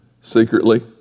secretly